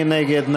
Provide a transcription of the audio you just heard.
מי נגד?